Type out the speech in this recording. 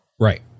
Right